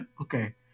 Okay